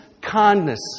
kindness